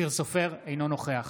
אינו נוכח